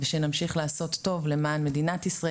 ושנמשיך לעשות טוב למען מדינת ישראל,